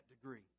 degree